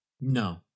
No